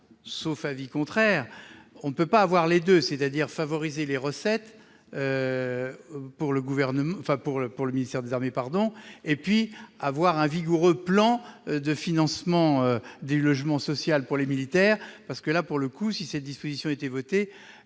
sauf avis contraire, on ne peut pas avoir les deux, c'est-à-dire favoriser les recettes pour le ministère des armées tout en ayant un vigoureux plan de financement du logement social pour les militaires. Pour le coup, si pareille disposition était votée,